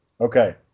Okay